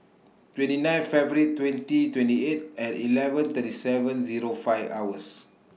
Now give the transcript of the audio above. twenty nine February twenty twenty eight and eleven thirty seven Zero five hours